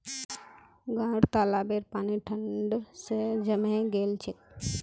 गांउर तालाबेर पानी ठंड स जमें गेल छेक